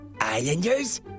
Islanders